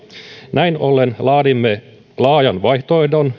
näin ollen laadimme laajan vaihtoehdon